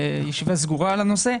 ישיבה סגורה על הנושא.